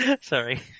Sorry